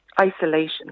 isolation